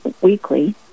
weekly